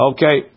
Okay